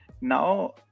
Now